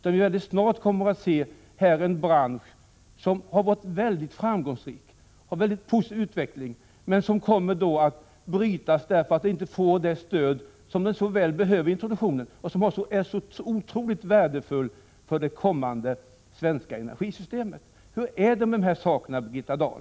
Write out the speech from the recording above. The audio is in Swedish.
Vi kommer här snart att se en bransch som varit mycket framgångsrik och haft en positiv utveckling, men där denna utveckling kommer att brytas därför att man inte får det stöd som branschen så väl behöver för produktionen och som är så otroligt värdefullt för det kommande svenska energisystemet. Hur är det med de här sakerna, Birgitta Dahl?